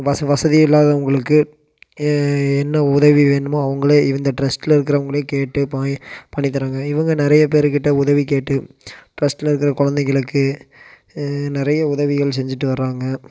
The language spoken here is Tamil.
வச வசதி இல்லாதவங்களுக்கு என்ன உதவி வேணுமோ அவங்களே இந்த ட்ரஸ்ட்டில் இருக்கிறவங்களே கேட்டு போய் பண்ணி தராங்க இவங்க நிறைய பேருகிட்ட உதவி கேட்டு ட்ரஸ்ட்டில் இருக்க குழந்தைகளுக்கு நிறைய உதவிகள் செஞ்சுட்டு வராங்க